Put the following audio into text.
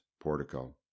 portico